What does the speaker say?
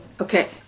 Okay